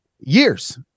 years